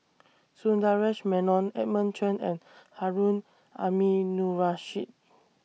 Sundaresh Menon Edmund Chen and Harun Aminurrashid